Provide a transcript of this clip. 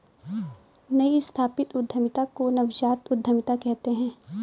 नई स्थापित उद्यमिता को नवजात उद्दमिता कहते हैं